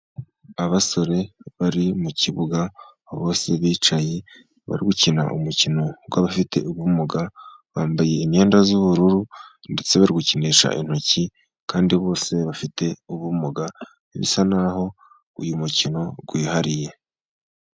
Abasore bari mu kibuga bose bicaye bari gukina umukino w'abafite ubumuga. Bambaye imyenda y'ubururu ndetse bari gukinisha intoki ,kandi bose bafite ubumuga ,bisa n'aho uyu mukino wihariye.